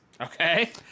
Okay